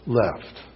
left